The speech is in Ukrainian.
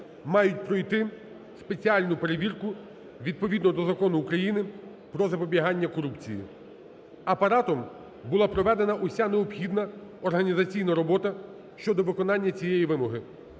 мають пройти спеціальну перевірку, відповідно до Закону України "Про запобігання корупції". Апаратом була проведена уся необхідна організаційна робота щодо виконання цієї вимоги,